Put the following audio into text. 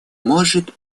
может